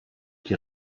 die